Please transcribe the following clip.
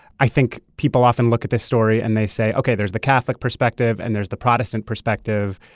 i think people often look at this story, and they say, ok. there's the catholic perspective, and there's the protestant perspective.